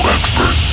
Expert